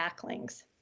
backlinks